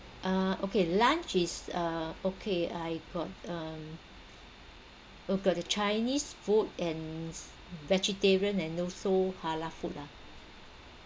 uh okay lunch is uh okay I got um oh got the chinese food and it's vegetarian and also halal food lah